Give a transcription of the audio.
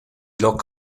lok